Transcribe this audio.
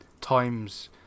times